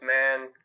man